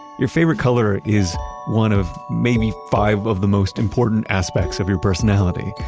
your favorite color is one of maybe five of the most important aspects of your personality.